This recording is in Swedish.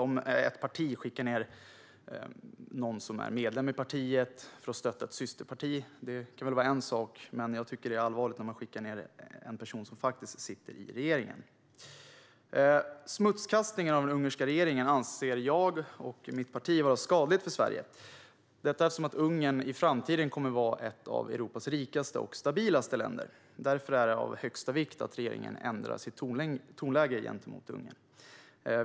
Om ett parti skickar någon som är medlem i partiet för att stötta ett systerparti är väl en sak, men det är allvarligt när man skickar en person som faktiskt sitter i regeringen. Smutskastningen av den ungerska regeringen anser jag och mitt parti vara skadlig för Sverige - detta eftersom Ungern i framtiden kommer att vara ett av Europas rikaste och stabilaste länder. Därför är det av största vikt att regeringen ändrar sitt tonläge gentemot Ungern.